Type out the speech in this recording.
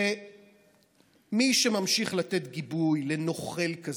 מי שממשיך לתת גיבוי לנוכל כזה,